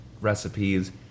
recipes